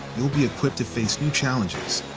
you'll be equipped to face new challenges,